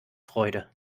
freude